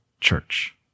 church